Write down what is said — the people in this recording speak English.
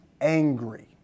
angry